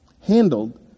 handled